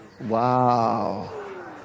wow